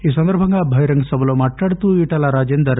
ఈ సందర్బంగా బహిరంగ సభలో మాట్లాడుతూ ఈటెల రాజేందర్